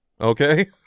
Okay